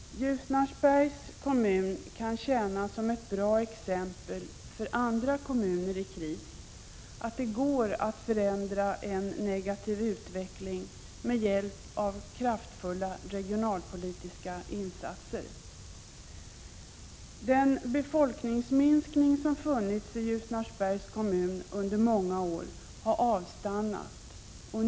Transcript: Ljusnarsbergs kommun kan tjäna som ett bra exempel för andra kommuner i kris — att det går att förändra en negativ utveckling med hjälp av kraftfulla regionalpolitiska insatser. Den befolkningsminskning som ägt rum i Ljusnarsbergs kommun under många år har avstannat.